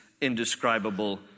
indescribable